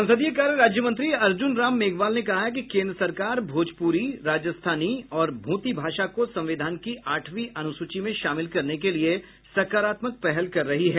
संसदीय कार्य राज्यमंत्री अर्जुन राम मेघवाल ने कहा है कि केन्द्र सरकार भोजपुरी राजस्थानी और भोती भाषा को संविधान की आठवीं अनुसूची में शामिल करने के लिए सकारात्मक पहल कर रही है